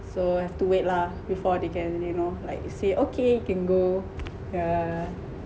so have to wait lah before they can you know like say okay you can go